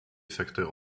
facteurs